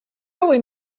really